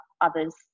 others